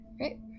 Right